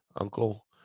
uncle